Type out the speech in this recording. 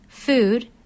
food